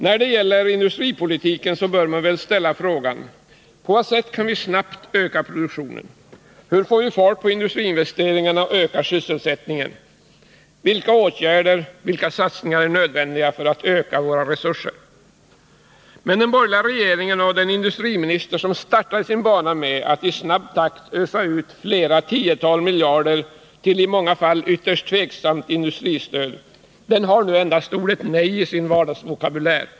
När det gäller industripolitiken bör man ställa frågan: På vad sätt kan vi snabbt öka produktionen? Hur får vi fart på industriinvesteringarna och hur ökar vi sysselsättningen? Vilka åtgärder, vilka satsningar är nödvändiga för att öka våra resurser? Men den borgerliga regeringen och den industriminister som startade sin bana med att i snabb takt ösa ut flera tiotal miljarder till i många fall ytterst tveksamma industristöd har nu endast ordet nej i sin vardagsvokabulär.